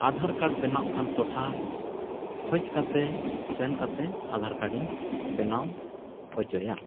ᱵᱮᱱᱟᱜ ᱠᱟᱱ ᱴᱚᱴᱷᱟ ᱠᱷᱚᱡᱽ ᱠᱟᱛᱮᱫ ᱥᱮᱱ ᱠᱟᱛᱮᱫ ᱤᱧ ᱵᱮᱱᱟᱣ ᱦᱚᱪᱚᱭᱟ